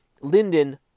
Linden